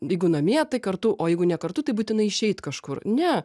jeigu namie tai kartu o jeigu ne kartu tai būtinai išeit kažkur ne